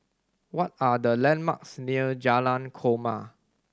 what are the landmarks near Jalan Korma